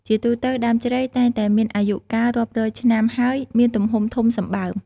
ជាទូទៅ ដើមជ្រៃតែងតែមានអាយុកាលរាប់រយឆ្នាំហើយមានទំហំធំសម្បើម។